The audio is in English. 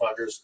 fuckers